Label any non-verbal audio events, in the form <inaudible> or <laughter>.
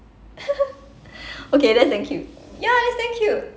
<laughs> okay then damn cute ya it's damn cute